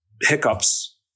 hiccups